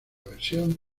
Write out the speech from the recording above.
versión